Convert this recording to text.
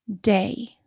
day